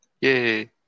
Yay